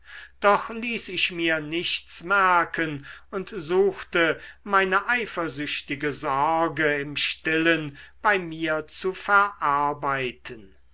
doch ließ ich mir nichts merken und suchte meine eifersüchtige sorge im stillen bei mir zu verarbeiten